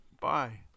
Bye